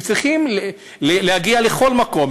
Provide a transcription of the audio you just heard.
הם צריכים להגיע לכל מקום.